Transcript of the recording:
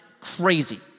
crazy